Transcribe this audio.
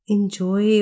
Enjoy